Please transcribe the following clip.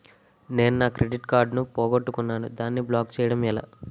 నేను నా credit card పోగొట్టుకున్నాను దానిని బ్లాక్ చేయడం ఎలా?